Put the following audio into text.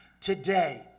today